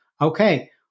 okay